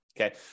Okay